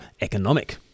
economic